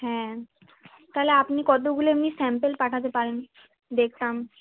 হ্যাঁ তাহলে আপনি কতগুলো এমনি স্যাম্পেল পাঠাতে পারেন দেখতাম